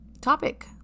topic